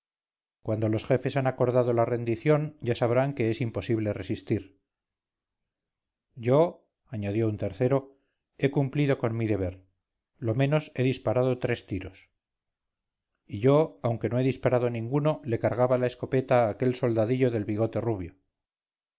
cuando los jefes han acordado la rendición ya sabrán que es imposible resistir yo añadió un tercero he cumplido con mi deber lo menos he disparado tres tiros y yo aunque no he disparado ninguno le cargaba la escopeta a aquel soldadillo del bigote rubio